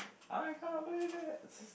I can't believe it